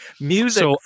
Music